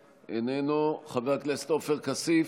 איננו, חבר הכנסת עופר כסיף,